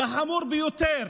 וחמור ביותר,